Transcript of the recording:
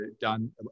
done